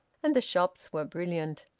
and the shops were brilliant.